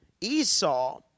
Esau